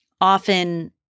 often